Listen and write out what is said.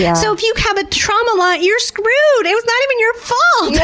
yeah so if you have a trauma, you're screwed! and it's not even your fault!